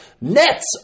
nets